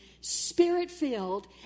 spirit-filled